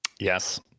Yes